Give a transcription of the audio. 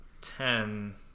ten